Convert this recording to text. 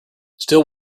still